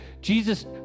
Jesus